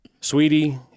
Sweetie